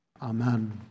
Amen